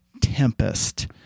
Tempest